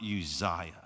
Uzziah